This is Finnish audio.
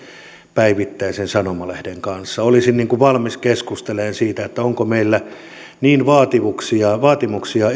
päivittäisen sanomalehden kanssa olisin valmis keskustelemaan siitä onko meillä niin vaatimuksia edellyttävä postilaki